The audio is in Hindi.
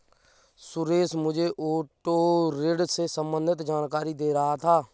सुरेश मुझे ऑटो ऋण से संबंधित जानकारी दे रहा था